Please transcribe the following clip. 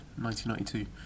1992